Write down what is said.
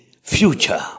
future